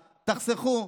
תחסכו.